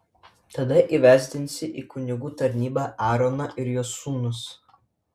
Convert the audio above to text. tada įvesdinsi į kunigų tarnybą aaroną ir jo sūnus